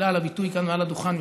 במחילה על הביטוי כאן מעל הדוכן,